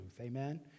amen